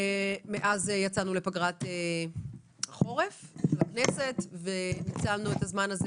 אז יצאנו לפגרת חורף של הכנסת וניצלנו את הזמן הזה